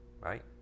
right